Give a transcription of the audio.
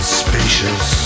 spacious